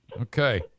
Okay